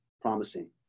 promising